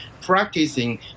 practicing